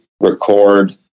record